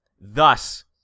Thus